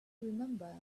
remember